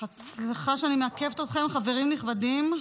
סליחה שאני מעכבת אתכם, חברים נכבדים.